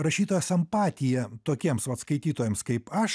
rašytojos empatiją tokiems vat skaitytojams kaip aš